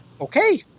okay